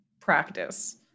practice